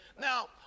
Now